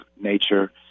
nature